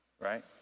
Right